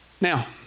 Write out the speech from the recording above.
Now